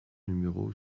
numéro